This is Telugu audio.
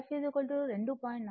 కాబట్టి మనకు f 2